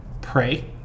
pray